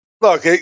Look